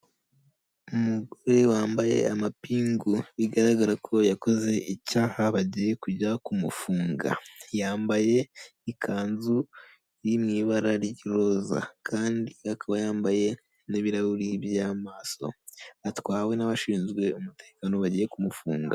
Umugore wambaye amapingu bigaragara ko yakoze icyaha, bagiye kujya kumufunga yambaye ikanzu iri mu ibara ry'iroza kandi akaba yambaye n'ibirahuri by'amaso atwawe n'abashinzwe umutekano bagiye kumufunga.